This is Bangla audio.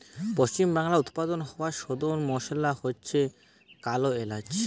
পশ্চিমবাংলায় উৎপাদন হওয়া পোধান মশলা হচ্ছে কালো এলাচ